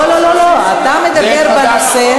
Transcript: לא, לא, לא, אתה מדבר בנושא,